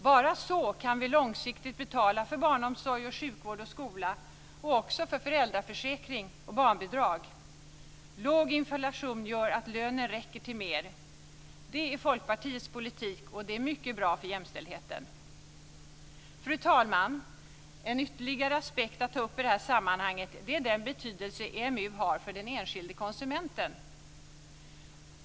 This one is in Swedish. Bara så kan vi långsiktigt betala för barnomsorg, sjukvård och skola och också för föräldraförsäkring och barnbidrag. Låg inflation gör att lönen räcker till mer. Det är Folkpartiets politik, och den är mycket bra för jämställdheten. Fru talman! En ytterligare aspekt att ta upp i detta sammanhang är den betydelse EMU har för den enskilde konsumenten.